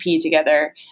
together